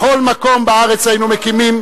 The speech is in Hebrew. בכל מקום בארץ היינו מקימים.